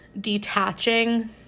detaching